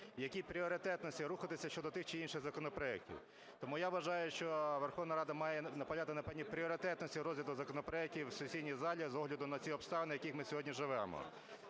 якій пріоритетності рухатися щодо тих чи інших законопроектів. Тому я вважаю, що Верховна Рада має наполягати на пріоритетності розгляду законопроектів у сесійній залі, з огляду на ці обставини, в яких ми сьогодні живемо,